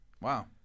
Wow